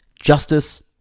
justice